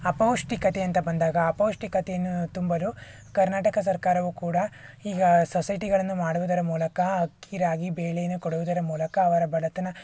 ಅಪೌಷ್ಟಿಕತೆ ಅಂತ ಬಂದಾಗ ಅಪೌಷ್ಟಿಕತೆಯನ್ನು ತುಂಬಲು ಕರ್ನಾಟಕ ಸರ್ಕಾರವು ಕೂಡ ಈಗ ಸೊಸೈಟಿಗಳನ್ನು ಮಾಡುವುದರ ಮೂಲಕ ಅಕ್ಕಿ ರಾಗಿ ಬೇಳೆನೂ ಕೊಡುವುದರ ಮೂಲಕ ಅವರ ಬಡತನ